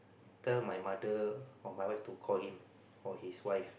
tell my mother or my wife to call him or his wife